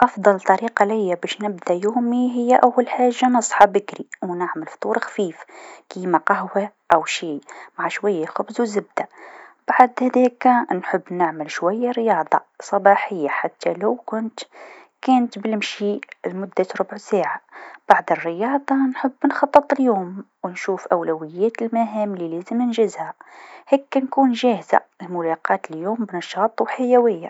أفضل طريقه ليا باش نبدأ يومي هي أول حاجه نصحى بكري و نعلم فطور خفيف كيما قهوه أو شاي مع شويا خبز و زبده بعد هذاك نحب نعمل شويا رياضه صباحيه حتى لو كنت كانت بالمشي لمدة ربع ساعه، بعد الرياضه نحب نخطط اليوم و نشوف أولويات المهام للازم ننجزها، هكا نكون جاهزه للملاقاة اليوم بنشاط و حيويه.